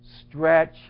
stretch